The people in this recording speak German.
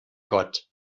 gott